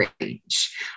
range